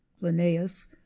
Linnaeus